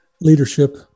leadership